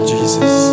Jesus